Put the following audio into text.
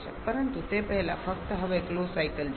પરંતુ તે પહેલા ફક્ત હવે ક્લોઝ સાયકલ જુઓ